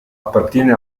appartiene